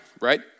right